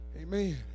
Amen